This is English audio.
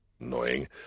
annoying